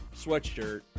sweatshirt